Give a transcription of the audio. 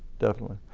definitely.